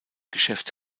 geschäft